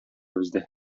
бездә